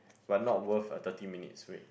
but not worth a thirty minutes wait